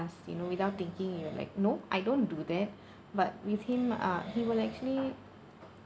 us you know without thinking you were like no I don't do that but with him uh he will actually